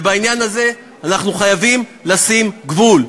בעניין הזה אנחנו חייבים לשים גבול.